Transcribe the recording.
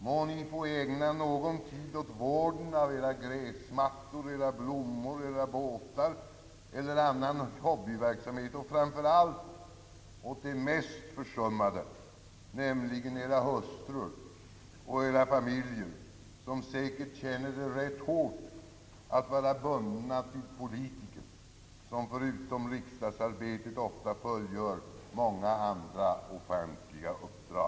Må ni få ägna någon tid åt vården av gräsmattor, blommor, båtar eller annan hobbyverksamhet och framför allt åt de mest försummade, nämligen edra hustrur och edra familjer som säkert känner det rätt hårt att vara bundna till politiker, som förutom «<riksdagsarbetet ofta fullgör många andra offentliga uppdrag.